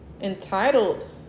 entitled